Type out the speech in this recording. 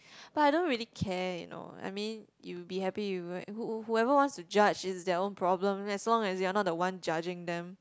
but I don't really care you know I mean you'll be happy with who~ who~ whoever wants to judge it's their own problem as long as you're not the one judging them